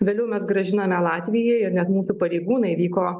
vėliau mes grąžiname latvijai ir net mūsų pareigūnai vyko